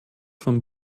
von